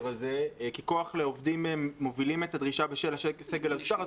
הזה כי כוח לעובדים מובילים את הדרישה בשם הסגל הזוטר.